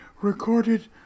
recorded